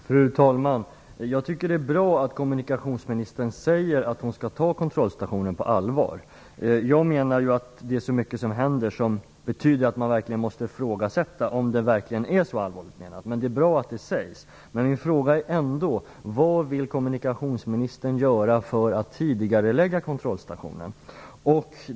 Fru talman! Jag tycker att det är bra att kommunikationsministern säger att hon skall ta kontrollstationen på allvar. Jag menar att det är så mycket som händer som betyder att man måste ifrågasätta om det verkligen är så allvarligt menat. Det är bra att det sägs, men min fråga är ändå: Vad vill kommunikationsministern göra för att tidigarelägga kontrollstationen?